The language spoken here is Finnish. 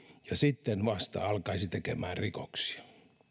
ja sitten vasta alkaisi tekemään rikoksia